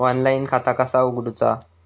Online खाता कसा उगडूचा?